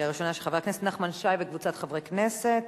של חבר הכנסת נחמן וקבוצת חברי הכנסת.